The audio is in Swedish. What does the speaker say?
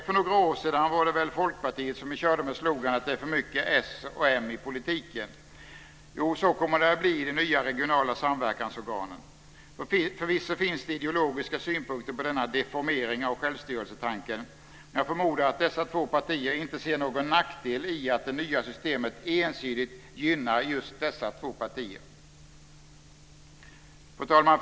För några år sedan var det väl Folkpartiet som körde med slogan att det är för mycket socialdemokrater och moderater i politiken. Jo, så kommer det att bli i de nya regionala samverkansorganen. Förvisso finns det ideologiska synpunkter på denna deformering av självstyrelsetanken, men jag förmodar att dessa två partier inte ser någon nackdel i att det nya systemet ensidigt gynnar just dessa två partier. Fru talman!